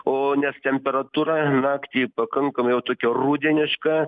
o nes temperatūra naktį pakankamai jau tokia rudeniška